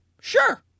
Sure